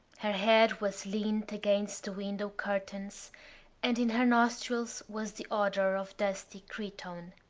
her head was leaned against the window curtains and in her nostrils was the odour of dusty cretonne.